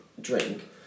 drink